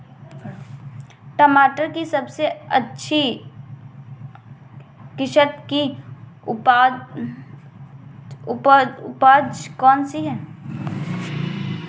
टमाटर की सबसे अच्छी किश्त की उपज कौन सी है?